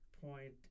point